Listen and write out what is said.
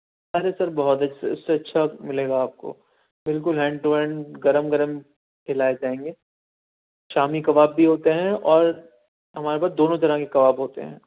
ارے sir بہت ہے اس اس سے اچھا ملے گا آپ کو بالکل ہینڈ ٹو ہینڈ گرم گرم کھلائے جائیں گے شامی کباب بھی ہوتے ہیں اور ہمارے پاس دونوں طرح کے کباب ہوتے ہیں